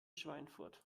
schweinfurt